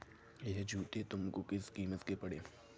यह जूते तुमको किस कीमत के पड़े?